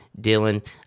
dylan